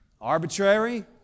Arbitrary